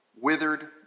withered